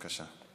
בבקשה.